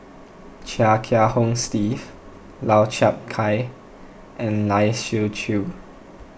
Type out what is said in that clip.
Chia Kiah Hong Steve Lau Chiap Khai and Lai Siu Chiu